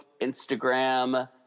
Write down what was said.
Instagram